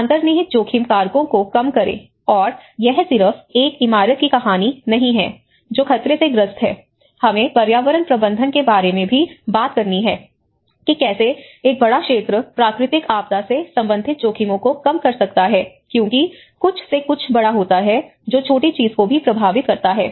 अंतर्निहित जोखिम कारकों को कम करें और यह सिर्फ एक इमारत की कहानी नहीं है जो खतरे से ग्रस्त है हमें पर्यावरण प्रबंधन के बारे में भी बात करनी है कि कैसे एक बड़ा क्षेत्र प्राकृतिक आपदा से संबंधित जोखिमों को कम कर सकता है क्योंकि कुछ से कुछ बड़ा होता है जो छोटी चीज़ को भी प्रभावित करता है